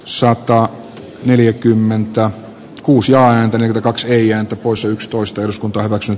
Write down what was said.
suokkaan neljäkymmentä kuusi ääntä kaksi eija osuus tuosta jos kaivokset